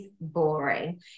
boring